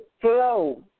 flow